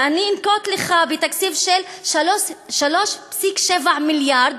ואני אנקוב לך בתקציב של 3.7 מיליארד,